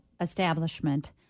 establishment